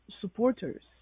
supporters